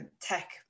tech